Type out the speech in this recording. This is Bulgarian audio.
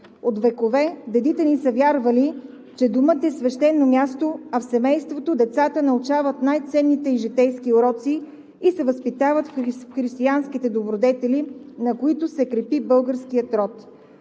От векове дедите ни са вярвали, че домът е свещено място, а в семейството децата научават най-ценните и житейски уроци и се възпитават в християнските добродетели, на които се крепи българският род.